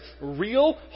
real